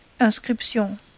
Inscription